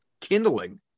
kindling